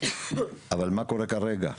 אבל מה קורה כרגע?